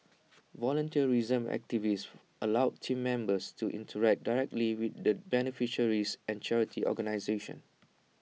volunteerism activities allow Team Members to interact directly with the beneficiaries and charity organisations